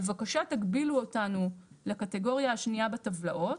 בבקשה תגבילו אותנו לקטגוריה השנייה בטבלאות.